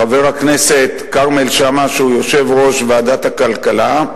חבר הכנסת כרמל שאמה, שהוא יושב-ראש ועדת הכלכלה,